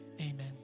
amen